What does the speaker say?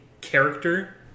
character